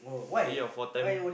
three or four time